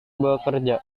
bekerja